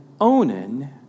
Onan